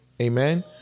Amen